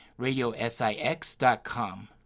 radiosix.com